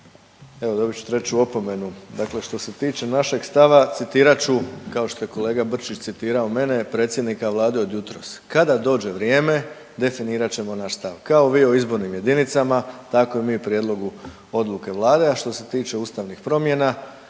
Da, dobit ću treću opomenu. Dakle, što se tiče našeg stava citirat ću kao što je kolega Brčić citirao mene, predsjednika vlade od jutros. Kada dođe vrijeme definirat ćemo naš stav, kao vi o izbornim jedinicama tako i mi prijedlogu odluke vlade. A što se tiče ustavnih promjena